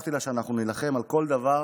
הבטחתי לה שאנחנו נילחם על כל דבר,